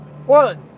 One